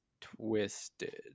twisted